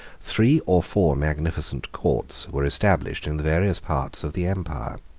three or four magnificent courts were established in the various parts of the empire,